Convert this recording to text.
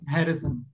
Harrison